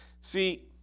See